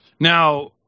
Now